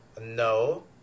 No